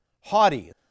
haughty